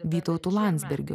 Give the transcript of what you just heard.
vytautu landsbergiu